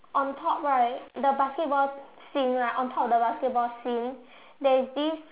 on top right the basketball scene right on top of the basketball scene there is this